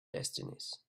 destinies